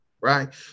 right